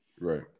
Right